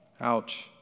Ouch